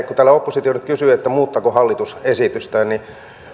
kun täällä oppositio nyt kysyy että muuttaako hallitus esitystään niin